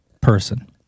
person